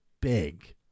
big